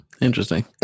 interesting